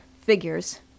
Figures